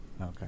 Okay